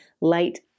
light